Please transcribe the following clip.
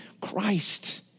Christ